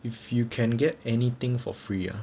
if you can get anything for free ah